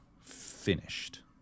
finished